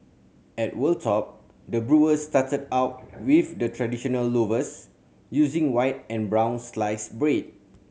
at Wold Top the brewers started out with the traditional loaves using white and brown sliced bread